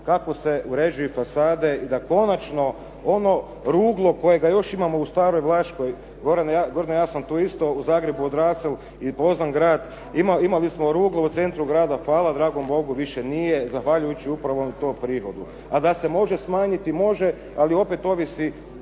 kako se uređuju fasade i da konačno ono ruglo kojega još imamo u staroj Vlaškoj. Gordane ja sam tu isto u Zagrebu odrastao, imali smo ruglo u centru grada. Hvala Bogu više nije zahvaljujući upravo tom prihodu. A da se može smanjiti može, ali opet ovisi